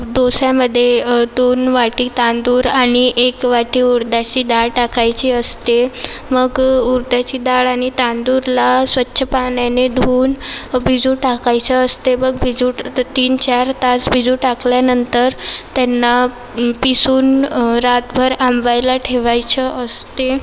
डोस्यामध्ये दोन वाटी तांदूळ आणि एक वाटी उडदाची डाळ टाकायची असते मग उडदाची डाळ आणि तांदूळला स्वच्छ पाण्याने धुवून भिजू टाकायचे असते मग भिजू तीन चार तास भिजू टाकल्यानंतर त्यांना पिसून रात्रभर आंबवायला ठेवायचं असते